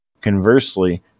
Conversely